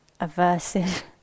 aversive